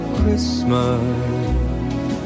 Christmas